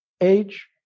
Age